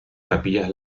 capillas